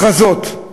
וכל מיני הכרזות,